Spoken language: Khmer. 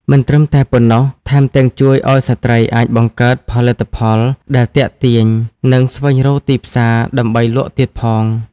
មិនត្រឹមតែប៉ុណ្ណោះ ថែមទាំងជួយឱ្យស្ត្រីអាចបង្កើតផលិតផលដែលទាក់ទាញ និងស្វែងរកទីផ្សារដើម្បីលក់ទៀតផង។